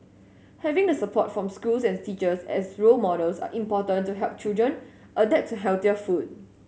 having the support from schools and teachers as role models are important to help children adapt to healthier food